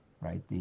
Right